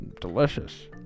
delicious